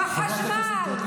נא לסיים.